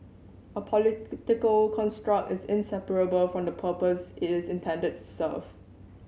a political construct is inseparable from the purpose it is intended to serve